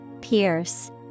Pierce